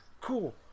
Cool